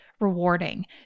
rewarding